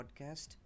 podcast